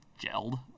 gelled